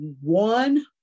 one